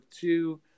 two